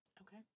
Okay